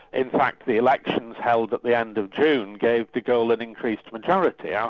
in fact the elections held at the end of june gave de gaulle an increased majority. yeah